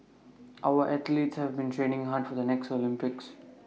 our athletes have been training hard for the next Olympics